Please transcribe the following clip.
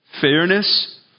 Fairness